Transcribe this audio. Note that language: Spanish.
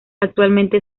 actualmente